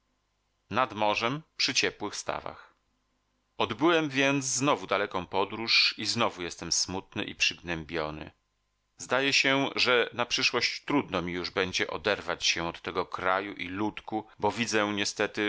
marcie a jednak trzeba wracać odbyłem więc znowu daleką podróż i znowu jestem smutny i przygnębiony zdaje się że na przyszłość trudno mi już będzie oderwać się od tego kraju i ludku bo widzę niestety